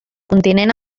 continent